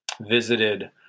visited